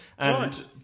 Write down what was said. Right